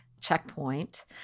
checkpoint